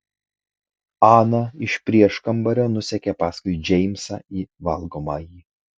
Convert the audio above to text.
ana iš prieškambario nusekė paskui džeimsą į valgomąjį